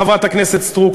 חברת הכנסת סטרוק,